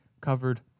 covered